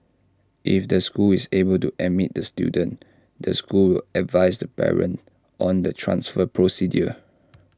if the school is able to admit the student the school will advise the parent on the transfer procedures